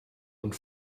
und